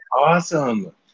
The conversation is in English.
awesome